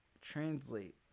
translate